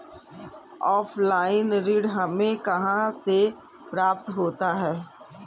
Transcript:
Offline ऋण हमें कहां से प्राप्त होता है?